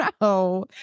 no